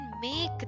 make